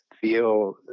feel